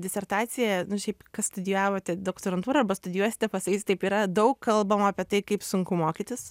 disertacija nu šiaip kas studijavote doktorantūrą arba studijuosite pasakysiu taip yra daug kalbama apie tai kaip sunku mokytis